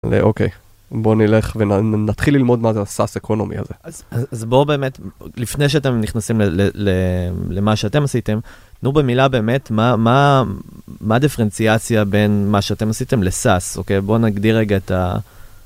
אוקיי, בוא נלך ונתחיל ללמוד מה זה הסאס אקונומי הזה. אז בוא באמת, לפני שאתם נכנסים למה שאתם עשיתם, תנו במילה באמת, מה דיפרנציאציה בין מה שאתם עשיתם לסאס, אוקיי? בוא נגדיר רגע את ה...